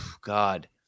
God